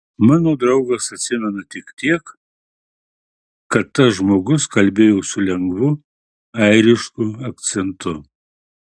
mano draugas atsimena tik tiek kad tas žmogus kalbėjo su lengvu airišku akcentu